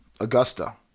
Augusta